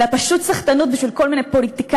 אלא פשוט סחטנות בשביל כל מיני פוליטיקאים,